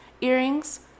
earrings